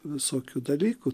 visokių dalykų